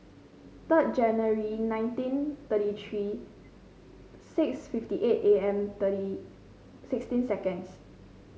third January nineteen thirty three six fifty eight A M thirty sixteen seconds